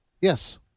Yes